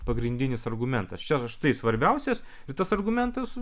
pagrindinis argumentas čia štai svarbiausias ir tas argumentas